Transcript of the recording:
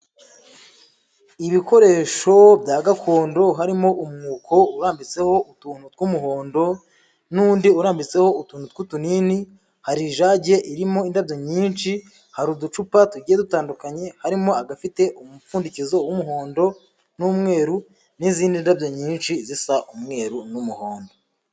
Ibikoresho bya gakondo harimo umwuko urambitseho utuntu tw'umuhondo n'undi urambitseho utuntu tw'utunini. Hari ijage irimo indabyo nyinshi, hari uducupa tugiye dutandukanye harimo agafite umupfundikizo w'umuhondo n'umweru n'izindi ndabyo nyinshi zisa umweru n'umuhondo.